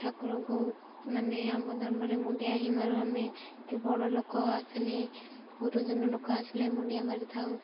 ଠାକୁରଙ୍କୁ ମାନେ ଆମ ଧର୍ମରେ ମୁଣ୍ଡିଆ ହିଁ ମାରୁ ଆମେ କି ବଡ଼ ଲୋକ ଆସିଲେ ଗୁରୁଜନ ଲୋକ ଆସିଲେ ମୁଣ୍ଡିଆ ମାରିଥାଉ